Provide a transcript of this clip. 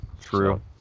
True